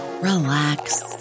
relax